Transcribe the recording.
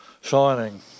shining